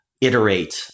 iterate